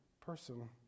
person